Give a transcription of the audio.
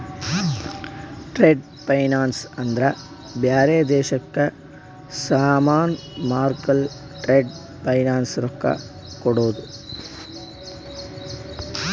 trade finance ಅಂದ್ರ ಬ್ಯಾರೆ ದೇಶಕ್ಕ ಸಾಮಾನ್ ಮಾರ್ಲಕ್ ಟ್ರೇಡ್ ಫೈನಾನ್ಸ್ ರೊಕ್ಕಾ ಕೋಡ್ತುದ್